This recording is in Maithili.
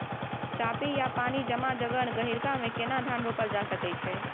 चापि या पानी जमा जगह, गहिरका मे केना धान रोपल जा सकै अछि?